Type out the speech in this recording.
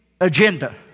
agenda